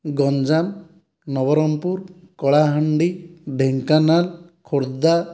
Ganjam Nabarangpur Kalahandi Dhenkanal Khordha